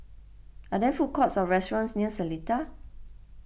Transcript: are there food courts or restaurants near Seletar